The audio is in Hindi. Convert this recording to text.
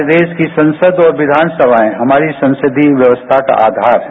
हमारे देश की संसद और विधानसभाएं हमारी संसदीय व्यवस्था का आधार है